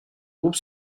groupe